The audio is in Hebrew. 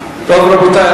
הורוביץ.